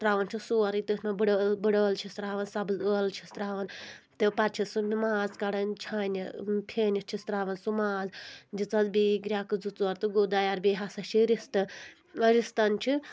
ترٛاوان چھِ سورُے تٔتھۍ منٛز بٕڈٲل بٕڈٲل چھِس ترٛاوان سبٕز ٲلہٕ چھِس ترٛاوان تہٕ پَتہٕ چھِ سُہ ماز کَڑان چھَانہِ پھیٚنِتھ چھِس ترٛاوان سُہ ماز دِژَس بیٚیہِ گرَکہٕ ژور تہٕ گوٚو دَیار بیٚیہِ ہسا چھِ رِستہٕ رِستَن چھِ